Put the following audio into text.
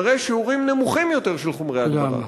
מראה שיעורים נמוכים יותר של חומר הדברה?